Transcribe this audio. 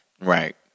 Right